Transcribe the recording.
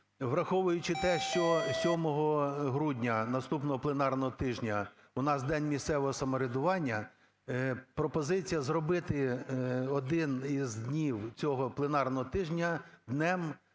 враховуючи те, що 7 грудня, наступного пленарного тижня, у нас День місцевого самоврядування, пропозиція: зробити один із днів цього пленарного тижня Днем